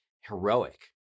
heroic